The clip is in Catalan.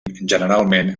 generalment